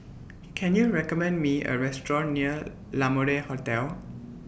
Can YOU recommend Me A Restaurant near La Mode Hotel